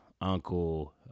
uncle